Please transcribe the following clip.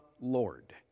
Lord